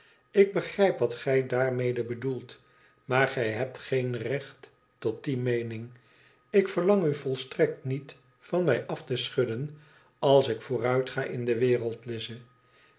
ik begrijp wat gij daarmede bedoelt maar gij hebt geen recht tot die meening ik verlang u volstrekt niet van mij af te schudden als ik vooruitga in de wereld lize